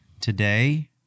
Today